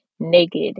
naked